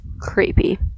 creepy